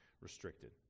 restricted